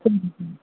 சரிங்க சரிங்க